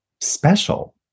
special